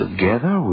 Together